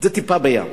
זה טיפה בים.